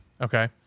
Okay